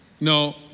No